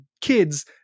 kids